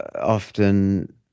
often